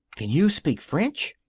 can you speak french?